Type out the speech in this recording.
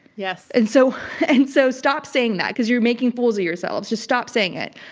yes. and so and so stop saying that because you're making fools of yourselves. just stop saying it.